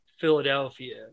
Philadelphia